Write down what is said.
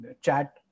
chat